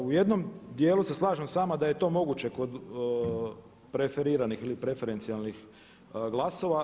U jednom dijelu se slažem s vama da je to moguće kod preferiranih ili preferencijalnih glasova.